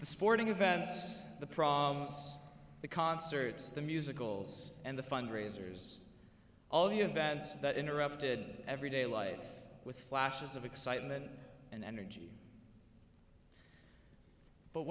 the sporting events the promise the concerts the musicals and the fundraisers all the events that interrupted every day life with flashes of excitement and energy but